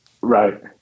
Right